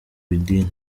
idini